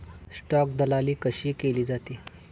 Stock दलाली कशी केली जाते?